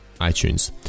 itunes